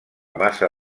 massa